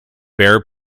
bare